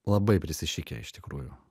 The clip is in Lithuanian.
labai prisišikę iš tikrųjų